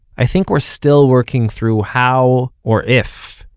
i think we're still working through how, or if,